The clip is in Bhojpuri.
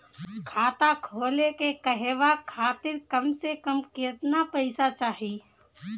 खाता खोले के कहवा खातिर कम से कम केतना पइसा चाहीं?